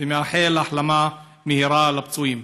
ומאחל החלמה מהירה לפצועים.